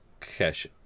cash